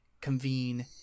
convene